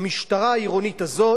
והממשלה הנוכחית,